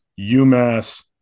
UMass